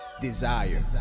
desire